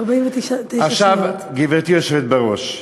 עכשיו, גברתי היושבת בראש,